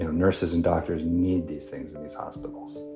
nurses and doctors need these things in these hospitals.